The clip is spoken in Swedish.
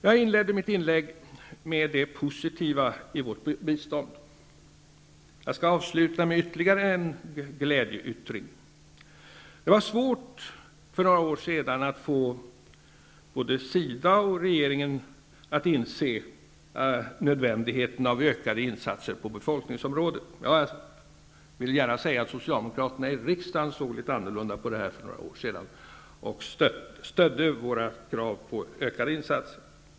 Jag inledde mitt inlägg med det positiva i vårt bistånd. Jag skall avsluta med ytterligare en glädjeyttring. Det var svårt för några år sedan att få både SIDA och regeringen att inse nödvändigheten av ökade insatser på befolkningsområdet. Jag vill gärna säga att socialdemokraterna i riksdagen såg litet annorlunda på detta för några år sedan och stödde våra krav på insatser.